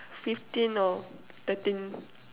fifteen or thirteen